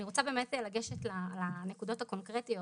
אני רוצה באמת לגשת לנקודות הקונקרטיות,